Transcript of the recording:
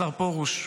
השר פרוש,